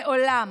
לעולם,